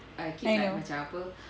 I know